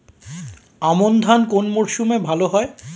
আমন ধান কোন মরশুমে ভাল হয়?